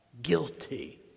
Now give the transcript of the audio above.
Guilty